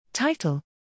Title